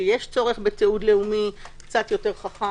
שיש צורך בתיעוד לאומי קצת יותר חכם